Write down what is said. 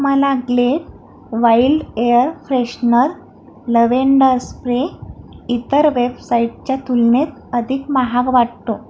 मला Glade wild air freshener lavender spray इतर वेबसाईटच्या तुलनेत अधिक महाग वाटतो